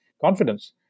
confidence